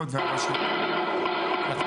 מדי